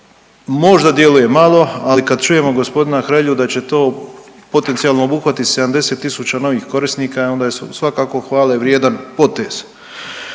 Možda djeluje malo, ali kad čujemo g. Hrelju da će to potencijalno obuhvatiti 70 tisuća novih korisnika, e onda je svakako hvale vrijedan potez.